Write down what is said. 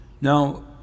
Now